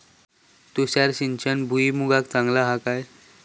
तुषार सिंचन भुईमुगाक चांगला हा काय?